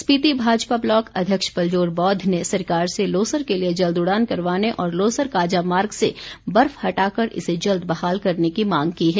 Spiti Bhajpa block अध्यक्ष पलजोर बौद्ध ने सरकार से लोसर के लिए जल्द उड़ान करवाने और लोसर काजा मार्ग से बर्फ हटाकर इसे जल्द बहाल करने की मांग की है